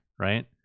right